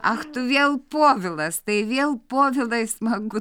ach tu vėl povilas tai vėl povilai smagu